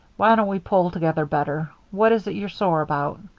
why don't we pull together better? what is it you're sore about?